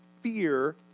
Fear